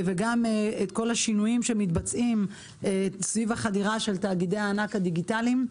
וגם את כל השינויים שמתבצעים סביב החדירה של תאגידי הענק הדיגיטליים.